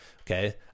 Okay